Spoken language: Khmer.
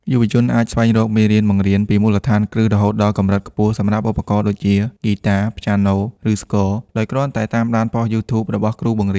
យុវជនអាចស្វែងរកមេរៀនបង្រៀនពីមូលដ្ឋានគ្រឹះរហូតដល់កម្រិតខ្ពស់សម្រាប់ឧបករណ៍ដូចជា ហ្គីតា ព្យាណូ ឬស្គរ ដោយគ្រាន់តែតាមដានប៉ុស្តិ៍ YouTube របស់គ្រូបង្រៀន។